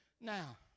Now